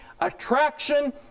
attraction